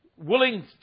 willing